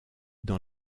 dans